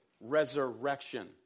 Resurrection